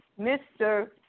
Mr